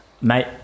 mate